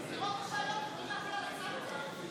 סנקציות, להטיל עליי סנקציות?